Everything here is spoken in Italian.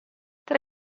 tra